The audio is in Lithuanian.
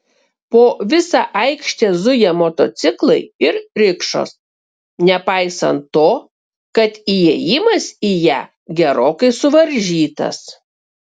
po visą aikštę zuja motociklai ir rikšos nepaisant to kad įėjimas į ją gerokai suvaržytas